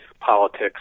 politics